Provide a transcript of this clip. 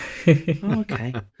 okay